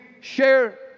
share